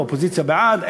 האופוזיציה בעד,